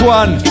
one